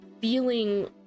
feeling